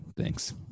Thanks